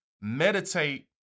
meditate